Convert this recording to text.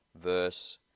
verse